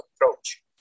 approach